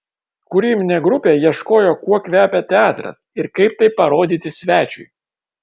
kūrybinė grupė ieškojo kuo kvepia teatras ir kaip tai parodyti svečiui